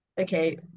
okay